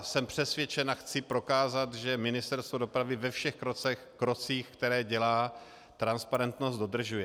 Jsem přesvědčen a chci prokázat, že Ministerstvo dopravy ve všech krocích, které dělá, transparentnost dodržuje.